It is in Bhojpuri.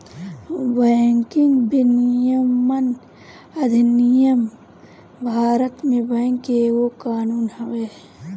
बैंकिंग विनियमन अधिनियम भारत में बैंक के एगो कानून हवे